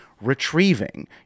retrieving